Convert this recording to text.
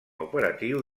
operatiu